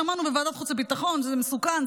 שמענו בוועדת חוץ וביטחון שזה מסוכן,